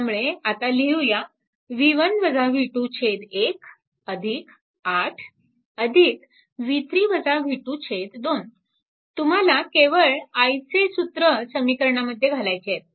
त्यामुळे आता लिहूया 1 8 2 तुम्हाला केवळ i चे सूत्र समीकरणामध्ये घालायचे आहे